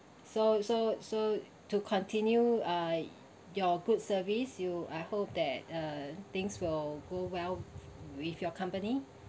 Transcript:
so so so to continue uh your good service you I hope that uh things will go well with your company